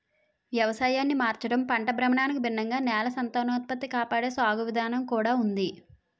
వ్యవసాయాన్ని మార్చడం, పంట భ్రమణానికి భిన్నంగా నేల సంతానోత్పత్తి కాపాడే సాగు విధానం కూడా ఉంది